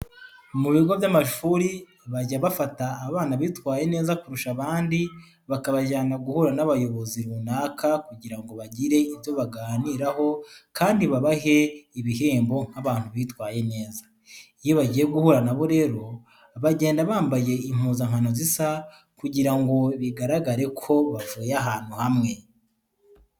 Mu bigo by'amashuri bajya bafata abana bitwaye neza kurusha abandi bakabajyana guhura n'abayobozi runaka kugira ngo bagire ibyo baganiraho kandi babahe ibihembo nk'abantu bitwaye neza. Iyo bagiye guhura na bo rero bagenda bambaye impuzankano zisa kugira ngo bigaragare ko bavuye ahantu hamwe.